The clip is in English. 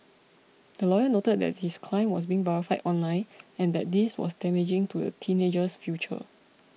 the lawyer noted that his client was being vilified online and that this was damaging to the teenager's future